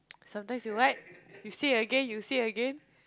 sometimes you what you say again you say again